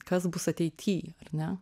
kas bus ateity ar ne